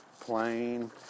plain